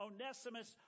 Onesimus